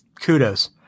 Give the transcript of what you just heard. kudos